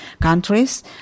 countries